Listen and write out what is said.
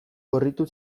gorritu